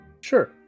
Sure